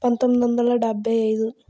పంతొమ్మిది వందల డెబ్బై ఐదు